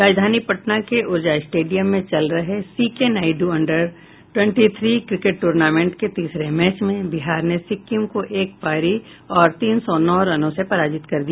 राजधानी पटना के ऊर्जा स्टेडियम में चल रहे C K Nayudu under twenty three cricket tournament के तीसरे मैच में बिहार ने सिक्किम को एक पारी और तीन सौ नौ रनों से पराजित कर दिया